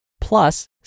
plus